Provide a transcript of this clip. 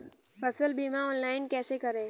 फसल बीमा ऑनलाइन कैसे करें?